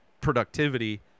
productivity